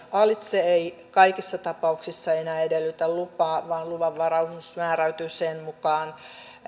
alitse ei kaikissa tapauksissa enää edellytä lupaa vaan luvanvaraisuus määräytyisi sen mukaan